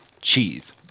Cheese